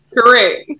Correct